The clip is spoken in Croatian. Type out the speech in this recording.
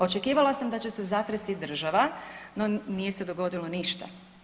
Očekivala sam da će se zatresti država, no nije se dogodilo ništa.